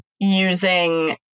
using